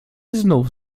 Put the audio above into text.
znów